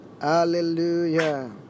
hallelujah